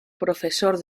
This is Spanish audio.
profesor